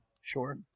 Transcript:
Sure